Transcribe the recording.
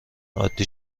عادی